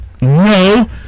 No